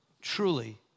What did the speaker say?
truly